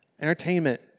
entertainment